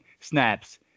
snaps